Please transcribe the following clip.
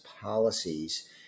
policies